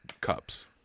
cups